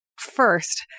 First